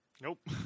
Nope